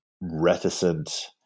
reticent